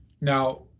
now